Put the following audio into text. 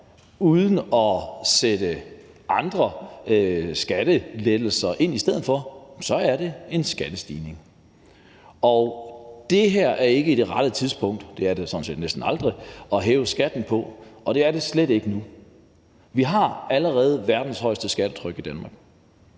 uden at sætte andre skattelettelser ind i stedet for, så er det en skattestigning. Og det her er ikke det rette tidspunkt – det er det sådan set næsten aldrig – at hæve skatten på; det er det slet ikke nu. Vi har allerede verdens højeste skattetryk i Danmark.